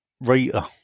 Rita